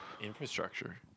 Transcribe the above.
Infrastructure